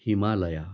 Himalaya